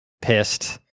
pissed